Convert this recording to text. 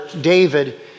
David